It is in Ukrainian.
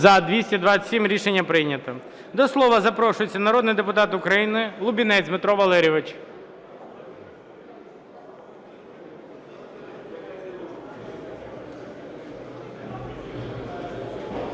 За-227 Рішення прийнято. До слова запрошується народний депутат України Лубінець Дмитро Валерійович.